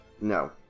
no